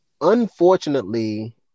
Unfortunately –